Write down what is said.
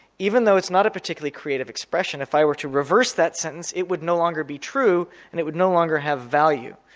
even though it's not a particularly creative expression if i were to reverse that sentence it would no longer be true and it would no longer have value,